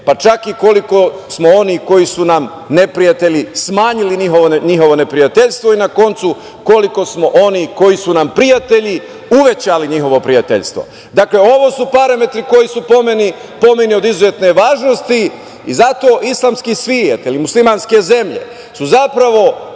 pa čak i koliko smo onih koji su nam neprijatelji smanjili njihovo neprijateljstvo i, na koncu, koliko smo onih koji su nam prijatelji uvećali njihovo prijateljstvo. Dakle, ovo su parametri koji su, po meni, od izuzetne važnosti i zato islamski svet ili muslimanske zemlje su zapravo